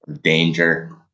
Danger